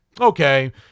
okay